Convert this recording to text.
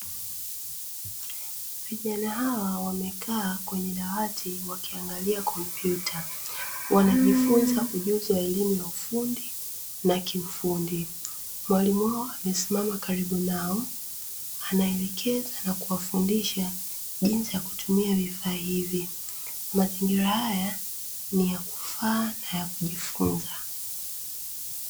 Vijana hawa wamekaa kwenye dawati wakiangalia kompyuta. Wanajifunza ujuzi wa elimu ya ufundi na kiufundi. Mwalimu wao amesimama karibu nao anaelekeza na kuwafundisha jinsi yakutumia vifaa hivi. Mazingira haya ni ya kufaa na ya kujifunza.